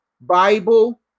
Bible